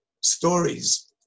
stories